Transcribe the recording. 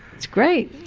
it's great.